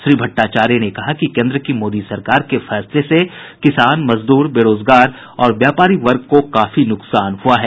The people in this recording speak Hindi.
श्री भट्टाचार्य ने कहा कि केन्द्र की मोदी सरकार के फैसलों से किसान मजदूर बेरोजगार और व्यापारी वर्ग को काफी नुकसान हुआ है